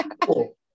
Cool